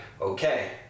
okay